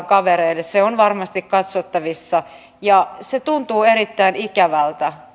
kavereille se on varmasti katsottavissa ja se tuntuu erittäin ikävältä